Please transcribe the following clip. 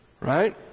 Right